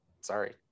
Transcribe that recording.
sorry